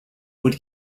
would